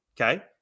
okay